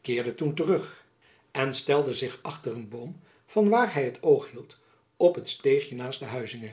keerde toen terug en stelde zich achter een boom van waar hy het oog hield op het steegjen naast de huizinge